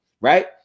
right